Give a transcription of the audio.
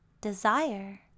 desire